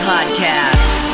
Podcast